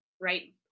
right